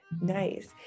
Nice